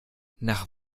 nach